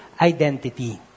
identity